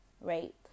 right